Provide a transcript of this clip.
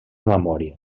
memòria